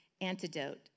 antidote